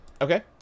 Okay